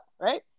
right